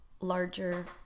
larger